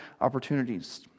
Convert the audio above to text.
opportunities